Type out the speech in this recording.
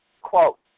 Quote